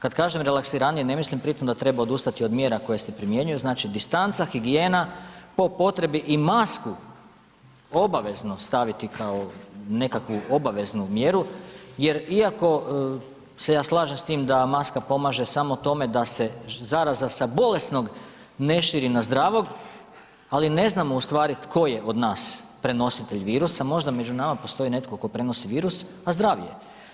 Kad kažem relaksiraniji ne mislim pri tom da treba odustati od mjera koje se primjenjuju, znači distanca, higijena, po potrebi i masku obavezno staviti kao nekakvu obaveznu mjeru jer iako se ja slažem s tim da maska pomaže samo tome da se zaraza sa bolesnog ne širi na zdravog, ali ne znamo u stvari tko je od nas prenositelj virusa, možda među nama postoji netko ko prenosi virus, a zdrav je.